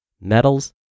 metals